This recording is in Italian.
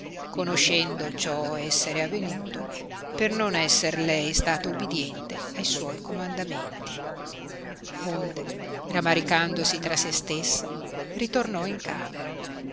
conoscendo ciò essere avenuto per non esser lei stata ubidiente a suoi comandamenti onde ramaricandosi tra se stessa ritornò in camera